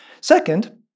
Second